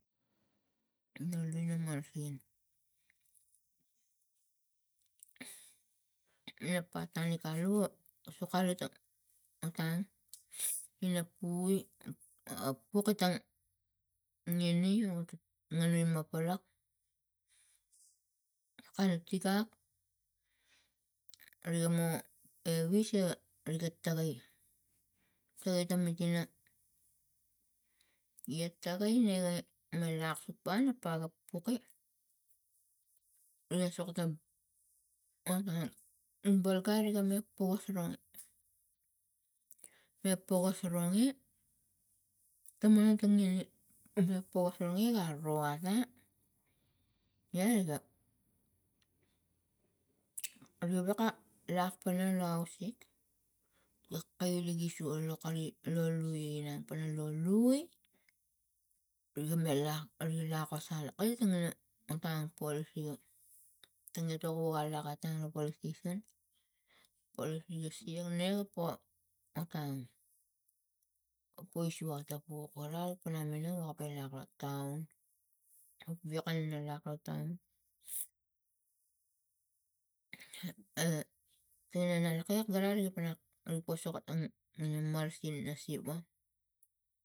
Nol ina marasin na patanik alu sokare ta otang ina pui a pukitang ngini o ngani ma palak kare tigak riga mo evis e ri ga tagai ta mitina ia tagai nege man lak si pa na pa ga puge riga soko ta bolgariga mat pukgas ro me pokas ronge tam ma tam ge riga pokas ronge ga ro ate e riga wewak a lak pana lo ausik lo kailegi sua lokari la lui ina pana lo lui riga melak riga lak osang. Kaisingina otang paulse tangi toku alak atang lo polis tason. Polis igi siangnin po etang pois si laktapuk oral pana minang kalapang lak to taun wewiak kana lak lo taun a tana la laik iak gara ripana ri posoka tong a marasin lo siva.